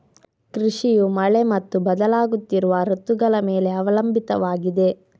ಕೃಷಿಯು ಮಳೆ ಮತ್ತು ಬದಲಾಗುತ್ತಿರುವ ಋತುಗಳ ಮೇಲೆ ಅವಲಂಬಿತವಾಗಿದೆ